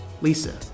Lisa